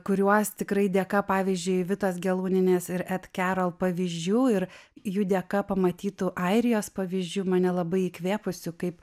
kuriuos tikrai dėka pavyzdžiui vitos gelūnienės ir et kerol pavyzdžių ir jų dėka pamatytų airijos pavyzdžių mane labai įkvėpusių kaip